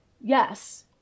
yes